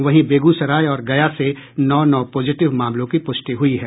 वहीं बेगूसराय और गया से नौ नौ पॉजिटिव मामलों की पुष्टि हुई है